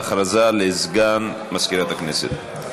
הודעה לסגן מזכירת הכנסת.